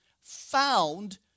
found